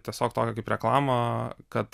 tiesiog tokią kaip reklamą kad